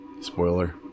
spoiler